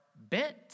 bent